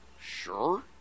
Sure